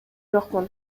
жокмун